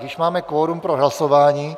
Již máme kvorum pro hlasování.